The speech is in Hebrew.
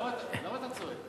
למה אתה צועק?